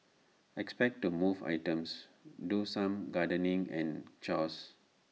expect to move items do some gardening and chores